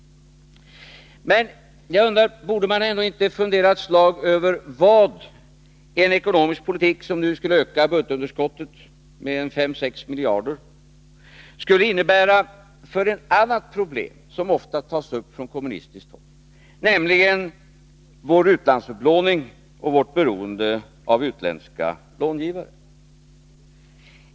Men jag undrar om man ändå inte borde fundera ett slag över vad en ekonomisk politik som skulle öka budgetunderskottet med 5-6 miljarder kronor skulle innebära för ett annat problem som ofta tas upp från kommunistiskt håll, nämligen vår utlandsupplåning och vårt beroende av utländska långivare.